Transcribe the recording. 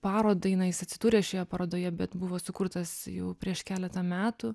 parodai na jis atsidūrė šioje parodoje bet buvo sukurtas jau prieš keletą metų